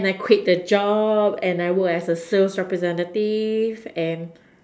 and I quit the job and I work as a sales representative and